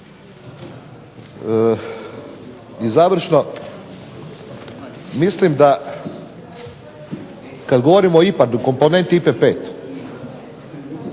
I završno, mislim da kad govorimo o IPARD-u, komponenti IPA-e